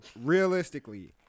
Realistically